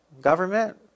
government